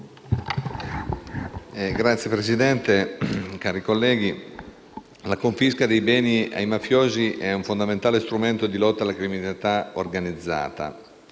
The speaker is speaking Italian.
Signora Presidente, cari colleghi, la confisca dei beni ai mafiosi è un fondamentale strumento di lotta alla criminalità organizzata,